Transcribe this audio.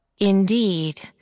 Indeed